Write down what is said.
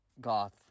Goth